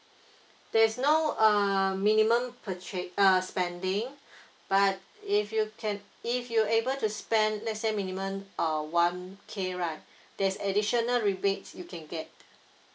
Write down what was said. there is no uh minimum purchase uh spending but if you can if you able to spend let say minimum uh one K right there's additional rebates you can get